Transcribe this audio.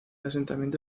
asentamiento